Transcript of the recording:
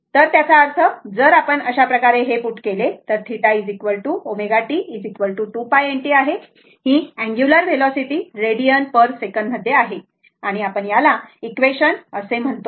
तर त्याचा अर्थ जर आपण अशाप्रकारे हे पुट केले तर θ ω t 2 π n t आहे ही angular velocity radian per second मध्ये आहे तर आपण त्याला हे इक्वेशन असे म्हणतो